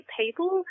people